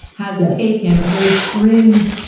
has taken a very fringe.